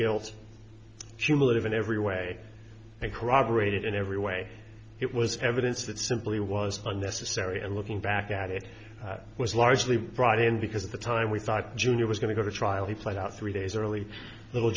guilt humility in every way and corroborated in every way it was evidence that simply was unnecessary and looking back at it was largely brought in because the time we thought junior was going to go to trial he pled out three days early little